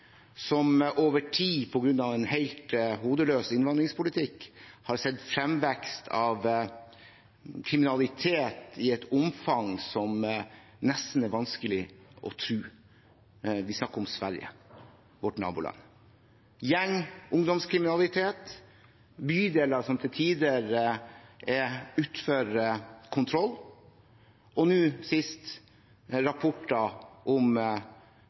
som over tid, på grunn av en helt hodeløs innvandringspolitikk, har sett fremvekst av kriminalitet i et omfang som nesten er vanskelig å tro. Vi snakker om Sverige, vårt naboland: gjeng- og ungdomskriminalitet, bydeler som til tider er utenfor kontroll, og nå sist rapporter om